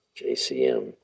JCM